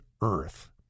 Earth